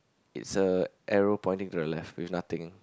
it's a arrow pointing to the left with nothing